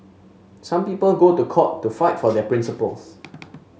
some people go to court to fight for their principles